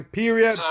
period